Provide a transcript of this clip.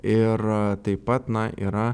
ir taip pat na yra